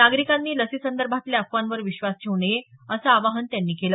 नागरीकांनी लसीसंदर्भातल्या अफवांवर विश्वास ठेऊ नये असं आवाहन त्यांनी केलं